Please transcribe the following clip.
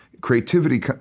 creativity